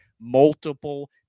multiple